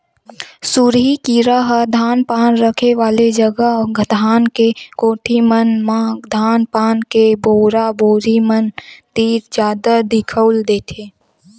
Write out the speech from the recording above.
सुरही कीरा ह धान पान रखे वाले जगा धान के कोठी मन म धान पान के बोरा बोरी मन तीर जादा दिखउल देथे